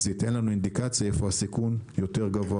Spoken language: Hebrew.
זה ייתן לנו אינדיקציה איפה הסיכון יותר גבוה